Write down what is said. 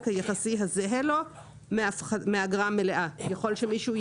היחסי הזהה לו מהאגרה המלאה." יכול שמישהו,